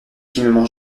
finalement